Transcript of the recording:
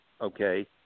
okay